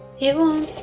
it won't.